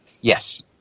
Yes